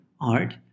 art